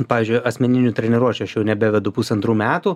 pavyzdžiui asmeninių treniruočių aš jau nebevedu pusantrų metų